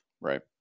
Right